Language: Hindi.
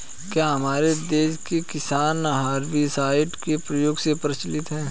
क्या हमारे देश के किसान हर्बिसाइड्स के प्रयोग से परिचित हैं?